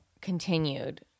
continued